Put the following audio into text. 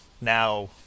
now